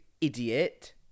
idiot